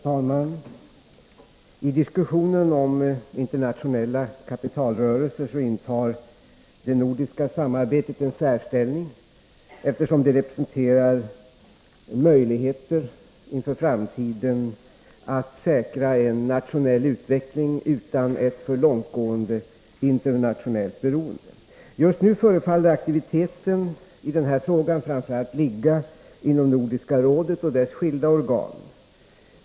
Herr talman! I diskussionen om internationella kapitalrörelser intar det nordiska samarbetet en särställning, eftersom det representerar möjligheter inför framtiden att säkra en nationell utveckling utan ett för långtgående internationellt beroende. Just nu förefaller aktiviteten i den här frågan att framför allt ligga inom Nordiska rådet och dess skilda organ.